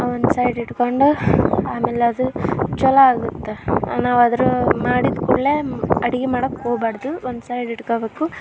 ಒಂದು ಸೈಡ್ ಇಟ್ಕೊಂಡು ಆಮೇಲೆ ಅದು ಚೊಲೋ ಆಗುತ್ತೆ ನಾವು ಅದ್ರ ಮಾಡಿದ ಕೂಡಲೇ ಅಡ್ಗೆ ಮಾಡಕ್ಕೆ ಹೋಬಾರ್ದು ಒಂದು ಸೈಡ್ ಇಟ್ಕಬೇಕು